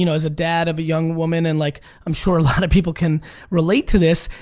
you know as a dad of a young woman and like i'm sure a lot of people can relate to this,